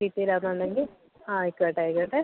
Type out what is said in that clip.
സിറ്റിയിലാണെന്ന് ഉണ്ടെങ്കിൽ ആയിക്കോട്ടെ ആയിക്കോട്ടെ